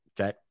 okay